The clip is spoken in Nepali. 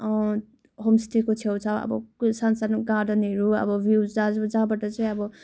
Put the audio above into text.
होमस्टेको छेउछाउ अब साना सानो गार्डनहरू अब भ्यूस्हरू अब जहाँबाट चाहिँ अब